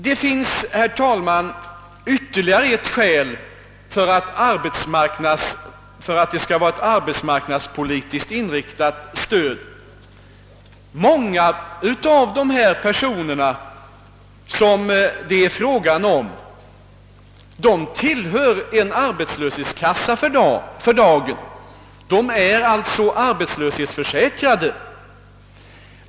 Det finns, herr talman, ytterligare ett skäl för ett arbetsmarknadspolitiskt inriktat stöd. Många av de personer som det är fråga om tillhör för närvarande arbetslöshetskassa och är alltså arbetslöshetsförsäkrade.